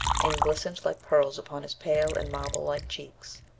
and glistened like pearls upon his pale and marble-like cheeks.